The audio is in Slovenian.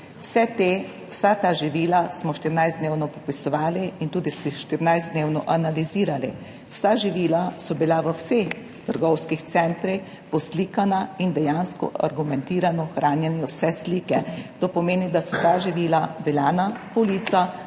Vsa ta živila smo 14-dnevno popisovali in tudi 14-dnevno analizirali. Vsa živila so bila v vseh trgovskih centrih poslikana in dejansko argumentirano hranjene vse slike. To pomeni, da so ta živila bila na policah